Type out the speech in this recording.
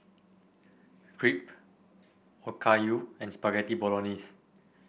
Crepe Okayu and Spaghetti Bolognese